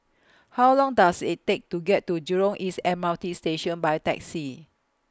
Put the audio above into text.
How Long Does IT Take to get to Jurong East M R T Station By Taxi